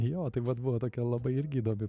jo tai vat buvo tokia labai irgi įdomi